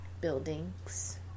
Buildings